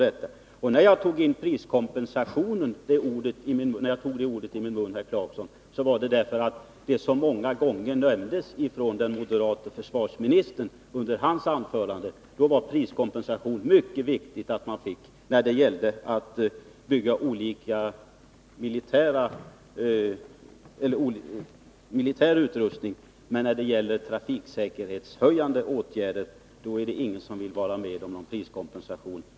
Att jag tog ordet priskompensation i min mun berodde, herr Clarkson, på att det så många gånger nämndes av den moderate försvarsministern under hans anförande i föregående debatt. Då, när det gällde anskaffande av militär utrustning, var det mycket viktigt att man fick priskompensation. Men när det gäller trafiksäkerhetshöjande åtgärder är det ingen som vill vara med om någon priskompensation.